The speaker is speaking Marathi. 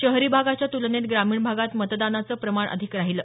शहरी भागाच्या तुलनेत ग्रामीण भागात मतदानाचं प्रमाण अधिक राहिलं